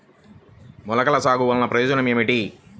మొలకల సాగు వలన ప్రయోజనం ఏమిటీ?